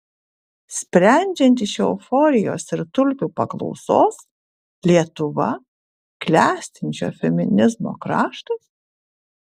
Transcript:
sprendžiant iš euforijos ir tulpių paklausos lietuva klestinčio feminizmo kraštas